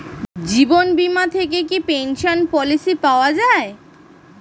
জীবন বীমা থেকে কি পেনশন পলিসি পাওয়া যায়?